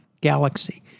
galaxy